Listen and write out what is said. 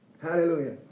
Hallelujah